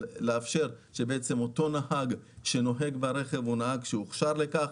לאפשר שאותו נהג שנוהג באותו רכב הוכשר לכך.